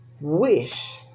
wish